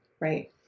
right